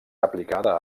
aplicada